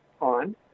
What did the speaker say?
on